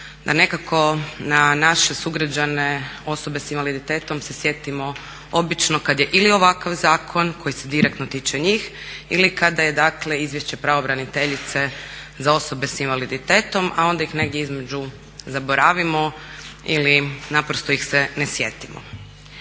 da nekako na naše sugrađane osobe s invaliditetom se sjetimo obično kad je ili ovakav zakon koji se direktno tiče njih ili kada je dakle Izvješće pravobraniteljice za osobe s invaliditetom, a onda ih negdje između zaboravimo ili naprosto ih se ne sjetimo.